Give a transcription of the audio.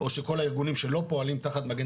או שכל הארגונים שלא פועלים תחת מגן